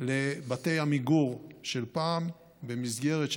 לבתי עמיגור של פעם במסגרת של,